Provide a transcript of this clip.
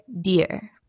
dear